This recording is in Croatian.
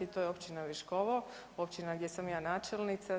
To je općina Viškovo, općina gdje sam ja načelnica.